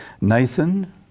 Nathan